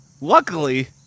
Luckily